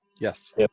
yes